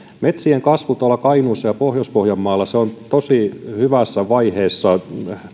metsien kasvu kainuussa ja pohjois pohjanmaalla on tosi hyvässä vaiheessa